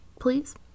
please